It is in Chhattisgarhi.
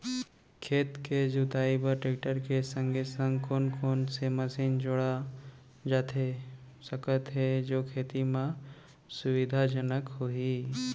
खेत के जुताई बर टेकटर के संगे संग कोन कोन से मशीन जोड़ा जाथे सकत हे जो खेती म सुविधाजनक होही?